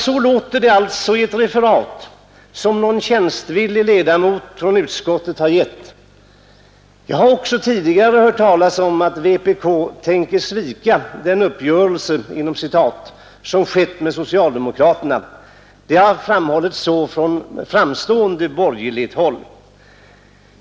Så låter det alltså i ett referat som någon tjänstvillig ledamot från utskottet har gett. Jag har också tidigare hört talas om att vpk tänker svika den ”uppgörelse” som skett med socialdemokraterna. Det har framhållits så från framstående borgerligt håll.